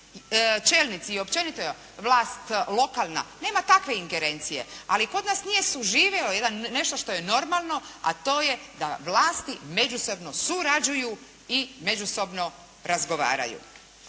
čelnici i općenito vlast lokalna nema takve ingerencije ali kod nas nije suživio nešto što je normalno, a to je da vlasti međusobno surađuju i međusobno razgovaraju.